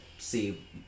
See